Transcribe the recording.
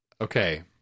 Okay